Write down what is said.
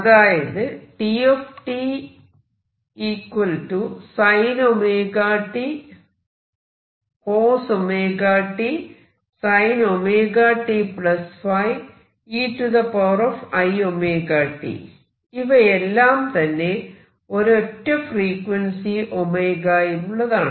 അതായത് ഇവയെല്ലാം തന്നെ ഒരൊറ്റ ഫ്രീക്വൻസി ω യിലുള്ളതാണ്